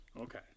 okay